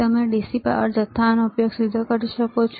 તમે dc power જથ્થાનો સીધો ઉપયોગ કરી શકો છો